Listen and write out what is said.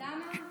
למה?